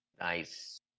Nice